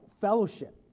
fellowship